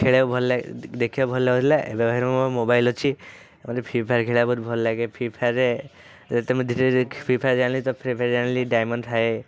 ଖେଳିବାକୁ ଭଲ ଲାଗେ ଦେଖିବାକୁ ଭଲ ଲାଗୁଥିଲା ଏବେ ମୋ ମୋବାଇଲ୍ ଅଛି ମୋତେ ଫ୍ରି ଫାୟାର୍ ଖେଳିବାକୁ ବହୁତ ଭଲ ଲାଗେ ଫ୍ରି ଫାୟାର୍ରେ ଯଦି ତୁମେ ଧୀରେ ଧୀରେ ଫ୍ରି ଫାୟାର୍ ଜାଣିଲେ ତ ଫ୍ରି ଫାୟାର୍ ଜାଣିଲି ଡାଇମଣ୍ଡ୍ ଥାଏ